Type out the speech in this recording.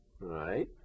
right